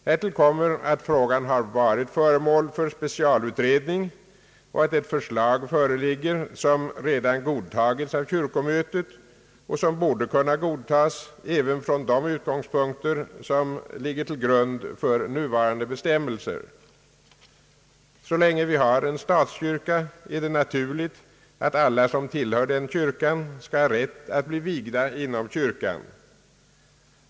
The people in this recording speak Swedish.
Härtill kommer att frågan har varit föremål för specialutredning och att ett förslag föreligger som redan godtagits av kyrkomötet och som borde kunna godtas även från de utgångspunkter som ligger till grund för nuvarande bestämmelser. Så länge vi har en statskyrka är det naturligt att alla som tillhör den kyrkan skall ha rätt att bli vigda inom kyrkan.